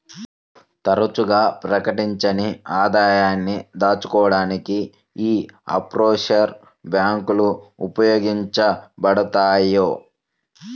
తరచుగా ప్రకటించని ఆదాయాన్ని దాచుకోడానికి యీ ఆఫ్షోర్ బ్యేంకులు ఉపయోగించబడతయ్